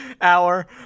hour